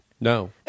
No